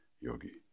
yogi